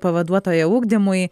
pavaduotoja ugdymui